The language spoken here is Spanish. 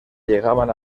llegaban